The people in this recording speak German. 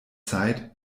zeit